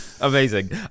Amazing